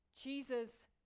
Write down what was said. Jesus